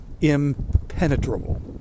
impenetrable